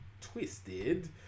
twisted